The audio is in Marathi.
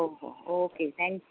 हो हो ओके थँक्यू